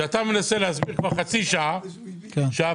אתה מנסה להסביר כבר חצי שעה שהפיילוט